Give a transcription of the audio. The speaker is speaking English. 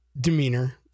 demeanor